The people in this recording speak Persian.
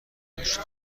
داشت